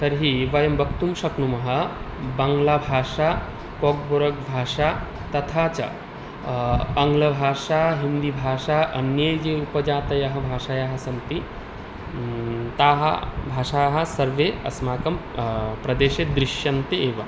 तर्हि वयं वक्तुं शक्नुमः बाङ्ग्लाभाषा कोग्बुरक् भाषा तथा च आङ्ग्लभाषा हिन्दीभाषा अन्याः याः उपजातयः भाषायाः सन्ति ताः भाषाः सर्वाः अस्माकं प्रदेशे दृश्यन्ते एव